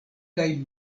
kaj